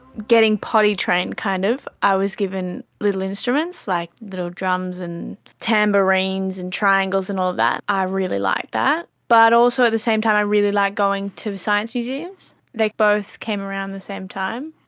getting potty-trained, kind of, i was given little instruments, like little drums and tambourines and triangles and all of that, i really liked that. but also at the same time i really liked going to science museums. they both came around at the same time.